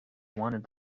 wanted